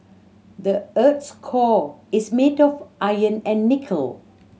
the earth's core is made of iron and nickel